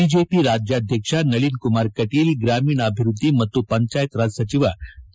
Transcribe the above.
BJP ರಾಜ್ಕಾಧ್ವಕ್ಷ ನಳಿನ್ ಕುಮಾರ್ ಕಟೀಲ್ ಗ್ರಾಮೀಣಾಭಿವೃದ್ಧಿ ಮತ್ತು ಪಂಜಾಯತ್ ರಾಜ್ ಸಚಿವ ಕೆ